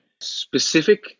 specific